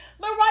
Mariah